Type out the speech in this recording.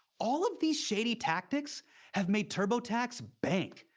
all of these shady tactics have made turbotax bank.